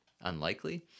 unlikely